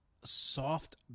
soft